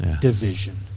Division